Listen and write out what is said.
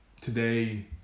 today